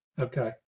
Okay